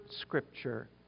scripture